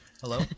Hello